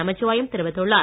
நமச்சிவாயம் தெரிவித்துள்ளார்